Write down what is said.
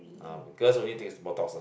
ah girls only take botox lah